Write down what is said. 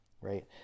right